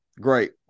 great